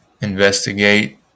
investigate